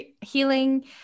healing